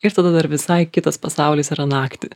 ir tada dar visai kitas pasaulis yra naktį